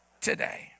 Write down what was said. today